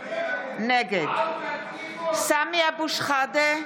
נגד סמי אבו שחאדה,